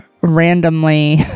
randomly